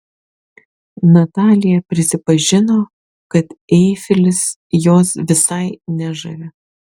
natalija prisipažino kad eifelis jos visai nežavi